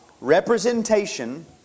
representation